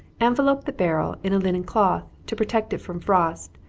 envelope the barrel in a linen cloth, to protect it from frost,